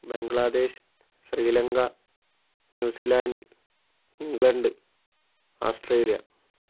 Bangladesh Sri Lanka New Zealand England Australia